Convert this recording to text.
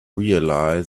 realize